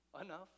enough